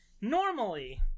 normally